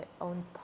own